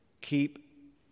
Keep